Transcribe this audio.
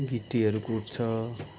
गिट्टीहरू कुट्छ